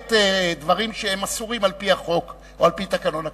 למעט דברים שהם אסורים על-פי החוק או על-פי תקנון הכנסת,